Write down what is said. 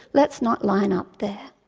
let's not line up there.